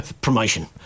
promotion